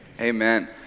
Amen